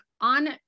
on